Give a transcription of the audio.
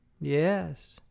Yes